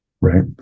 right